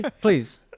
please